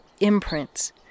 imprints